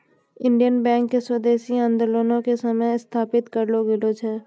Indian Bank के स्वदेशी आन्दोलनो के समय स्थापित करलो गेलो छै